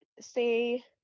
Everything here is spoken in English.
say